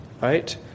right